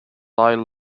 lyle